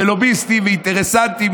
שלוביסטים ואינטרסנטים,